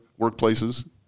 workplaces